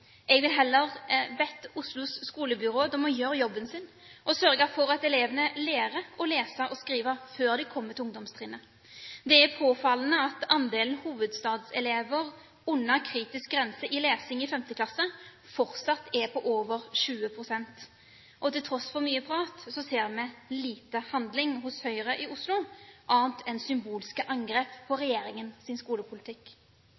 Jeg ville heller bedt Oslos skolebyråd om å gjøre jobben sin og sørge for at elevene lærer å lese og skrive før de kommer til ungdomstrinnet. Det er påfallende at andelen hovedstadselever under kritisk grense i lesing i 5. klasse fortsatt er på over 20 pst. Til tross for mye prat ser vi lite handling hos Høyre i Oslo, annet en symbolske angrep på